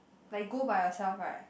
like go by yourself right